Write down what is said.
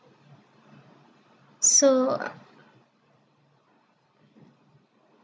so